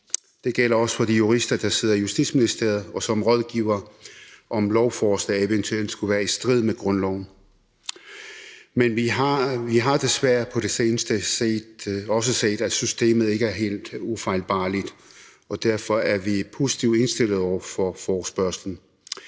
Det gælder også de jurister, der sidder i Justitsministeriet, og som rådgiver om, hvorvidt lovforslag eventuelt skulle være i strid med grundloven. Men vi har på det seneste desværre også set, at systemet ikke er helt ufejlbarligt, og derfor er vi positivt indstillet over for forespørgslen.